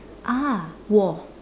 ah wall